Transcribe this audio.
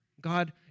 God